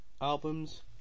albums